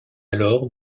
alors